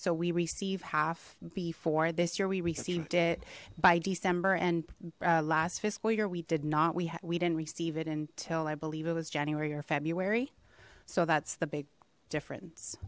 so we receive half b for this year we received it by december and last fiscal year we did not we had we didn't receive it until i believe it was january or february so that's the big difference